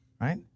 Right